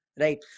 Right